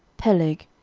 peleg,